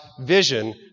vision